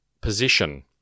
position